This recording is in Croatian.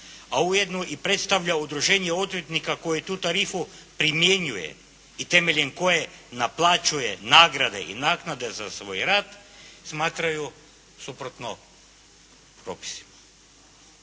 a ujedno i predstavlja udruženje odvjetnika koje tu tarifu primjenjuje i temeljem koje naplaćuje nagrade i naknade za svoj rad smatraju suprotno propisima.".